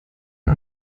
den